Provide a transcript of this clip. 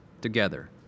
together